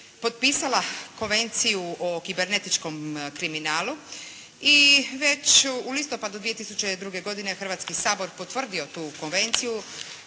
potpisala Konvenciju o kibernetičkom kriminalu i već u listopadu 2002. godine Hrvatski sabor potvrdio tu Konvenciju,